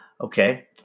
Okay